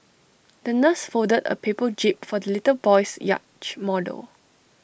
the nurse folded A paper jib for the little boy's yacht model